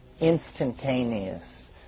instantaneous